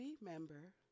remember